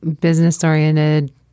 business-oriented